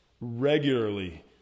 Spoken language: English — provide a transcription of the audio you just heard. regularly